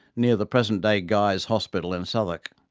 near the present-day guy's hospital in southwark.